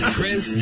Chris